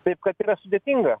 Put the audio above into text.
taip kad yra sudėtinga